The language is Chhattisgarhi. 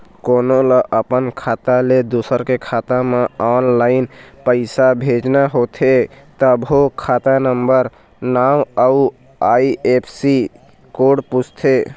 कोनो ल अपन खाता ले दूसर के खाता म ऑनलाईन पइसा भेजना होथे तभो खाता नंबर, नांव अउ आई.एफ.एस.सी कोड पूछथे